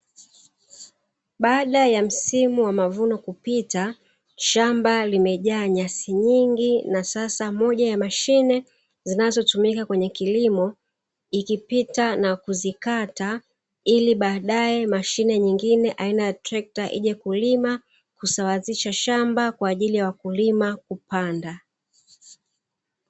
Baada ya msimu wa mavuno kupita, shamba limejaa nyasi nyingi na sasa moja ya mashine zinazotumika kwenye kilimo, ikipita na kuzikata, ili baadaye mashine nyingine aina ya trekta ije kulima, kusawazisha shamba, kwa ajili ya wakulima kupanda